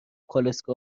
کالسکه